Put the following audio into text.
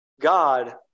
God